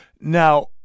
Now